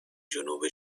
جنوب